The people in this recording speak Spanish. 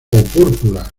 púrpura